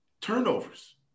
turnovers